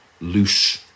loose